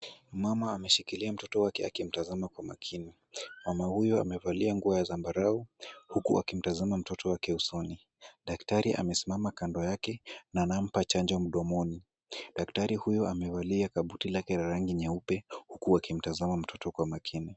Mama ameshikilia mtoto wake akimtazama kwa makini. Mama huyo amevalia nguo ya zambarau, huku akimtazama mtoto wake usoni. Daktari amesimama kando yake, na anampa chanjo mdomoni. Daktari huyo amevalia kabuti lake la rangi nyeupe, huku akimtazama mtoto kwa makini.